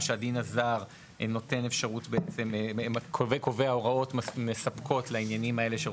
שהדין הזר קובע הוראות מספקות לעניינים האלה,